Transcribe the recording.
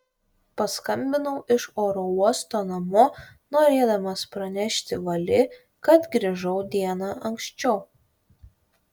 paskambinau iš oro uosto namo norėdamas pranešti vali kad grįžau diena anksčiau